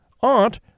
Aunt